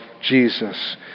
Jesus